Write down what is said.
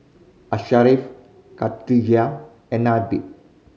Ashraf Khadija and Nabil